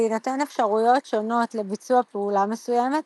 בהינתן אפשרויות שונות לביצוע פעולה מסוימת,